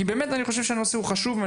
כי אני באמת חושב שהנושא חשוב.